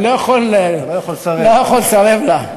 אתה לא יכול לסרב לה.